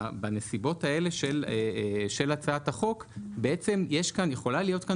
בנסיבות האלה של הצעת החוק יכולה להיות כאן